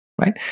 right